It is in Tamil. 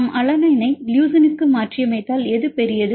நாம் அலனைனை லியூசினுக்கு மாற்றியமைத்தால் எது பெரியது